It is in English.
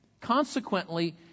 Consequently